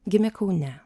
gimė kaune